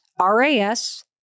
RAS